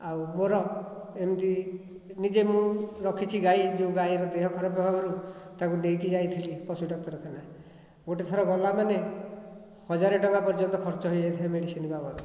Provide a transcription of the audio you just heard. ଆଉ ମୋର ଏମିତି ନିଜେ ମୁଁ ରଖିଛି ଗାଈ ଯେଉଁ ଗାଈର ଦେହ ଖରାପ ହେବାରୁ ତାକୁ ନେଇକି ଯାଇଥିଲି ପଶୁ ଡାକ୍ତରଖାନା ଗୋଟିଏ ଥର ଗଲା ମାନେ ହଜାର ଟଙ୍କା ପର୍ଯ୍ୟନ୍ତ ଖର୍ଚ୍ଚ ହୋଇ ଯାଇଥାଏ ମେଡ଼ିସିନ୍ ବାବଦରେ